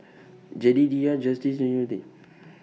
Jedidiah Justice